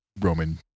Roman